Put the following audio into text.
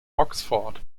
oxford